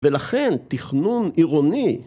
‫ולכן תכנון עירוני.